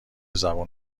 زبون